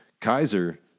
Kaiser